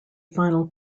final